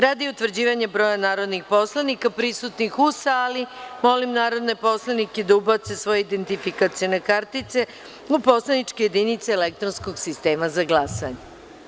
Radi utvrđivanja broja narodnih poslanika prisutnih u sali, molim narodne poslanike da ubace svoje identifikacione kartice u poslaničke jedinice elektronskog sistema za glasanje.